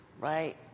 right